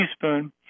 teaspoon